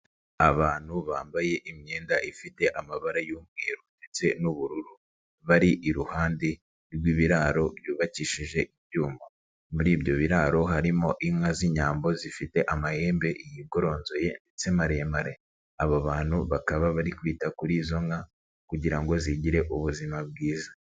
Abantu bambaye imyenda ifite amabara y'umweru ndetse n'ubururu, bari iruhande rw'ibiraro byubakishije ibyuma, muri ibyo biraro harimo inka z'Inyambo zifite amahembe yigoronzoye ndetse maremare, abo bantu bakaba bari kwita kuri izo nka kugira ngo zigire ubuzima bwiza.